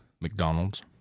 McDonald's